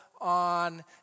on